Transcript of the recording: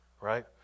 right